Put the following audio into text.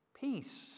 Peace